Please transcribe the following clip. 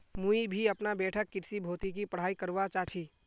मुई भी अपना बैठक कृषि भौतिकी पढ़ाई करवा चा छी